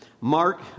Mark